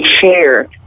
share